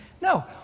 No